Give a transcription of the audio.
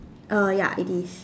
err ya it is